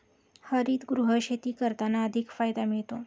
हरितगृह शेती करताना अधिक फायदा मिळतो